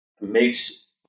makes